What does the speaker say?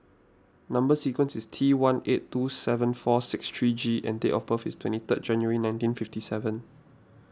Number Sequence is T one eight two seven four six three G and date of birth is twenty third January nineteen fifty seven